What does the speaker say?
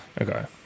Okay